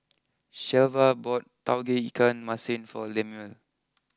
Shelva bought Tauge Ikan Masin for Lemuel